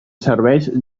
serveis